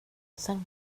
sen